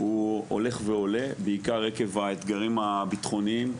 הוא הולך ועולה בעיקר עקב האתגרים הביטחוניים.